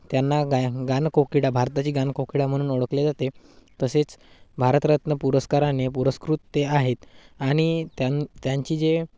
त्यांना गायन गानकोकिळा भारताची गानकोकिळा म्हणून ओळखले जाते तसेच भारतरत्न पुरस्काराने पुरस्कृत ते आहेत आणि त्या त्यांची जे